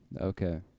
okay